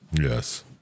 Yes